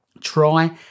try